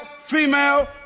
female